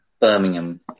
Birmingham